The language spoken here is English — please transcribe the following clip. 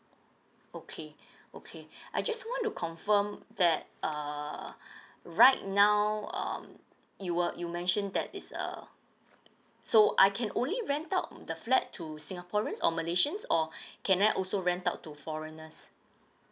okay okay I just want to confirm that uh right now um you were you mentioned that is uh so I can only rent out the flat to singaporeans or malaysians or can I also rent out to foreigners